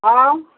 ہاں